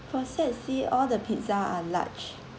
for set C all the pizza are large